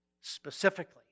Specifically